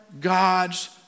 God's